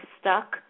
stuck